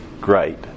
great